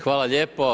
Hvala lijepa.